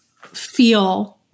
feel